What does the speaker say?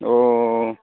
अ